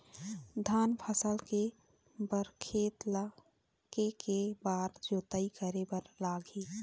धान फसल के बर खेत ला के के बार जोताई करे बर लगही?